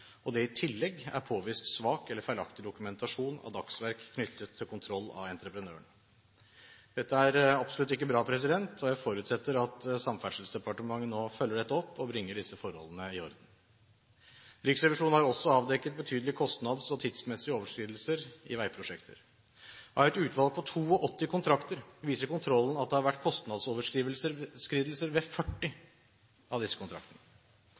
i tillegg er det påvist svak eller feilaktig dokumentasjon av dagsverk knyttet til kontroll av entreprenørene. Dette er absolutt ikke bra, og jeg forutsetter at Samferdselsdepartementet nå følger dette opp og bringer disse forholdene i orden. Riksrevisjonen har også avdekket betydelige kostnads- og tidsmessige overskridelser i veiprosjekter. Av et utvalg på 82 kontrakter viser kontrollen at det har vært kostnadsoverskridelser ved 40 av disse kontraktene.